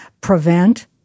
prevent